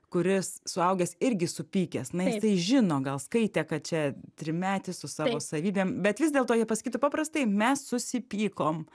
kuris suaugęs irgi supykęs na jisai žino gal skaitė kad čia trimetis su savo savybėm bet vis dėlto jie pasakytų paprastai mes susipykom